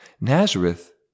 Nazareth